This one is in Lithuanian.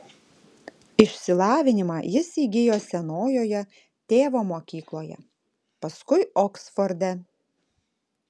išsilavinimą jis įgijo senojoje tėvo mokykloje paskui oksforde